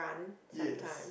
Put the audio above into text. yes